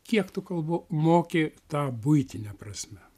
kiek tu kalbų moki ta buitine prasme